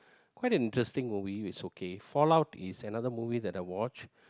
quite an interesting movie it's okay Fallout is another movie that I watch